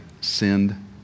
sinned